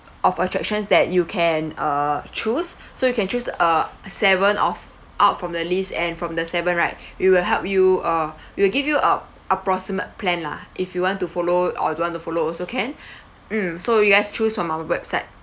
of attractions that you can uh choose so you can choose uh seven of out from the list and from the seven right we will help you uh we will give you uh approximate plan lah if you want to follow or don't want to follow also can mm so you guys choose from our website